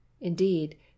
indeed